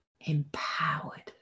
empowered